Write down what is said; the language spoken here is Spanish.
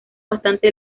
bastante